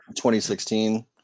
2016